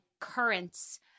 currents